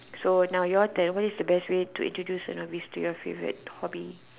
so now your turn what is the best way to introduce a novice to your favorite hobby